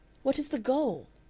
what is the goal?